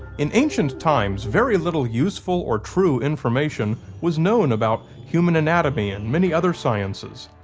in ancient times, very little useful or true information was known about human anatomy and many other sciences.